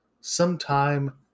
sometime